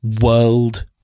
world